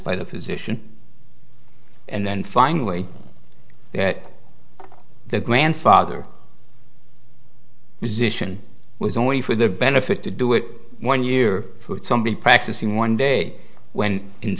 by the physician and then finally that their grandfather musician was only for the benefit to do it one year somebody practicing one day when in